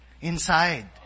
inside